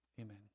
amen